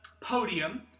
podium